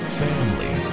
family